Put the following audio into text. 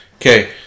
Okay